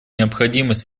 необходимость